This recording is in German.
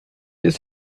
ist